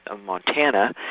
Montana